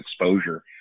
exposure